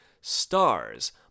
stars